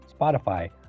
spotify